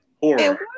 Horror